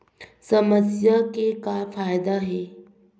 समस्या के का फ़ायदा हे?